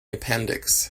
appendix